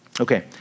Okay